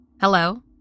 Hello